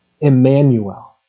Emmanuel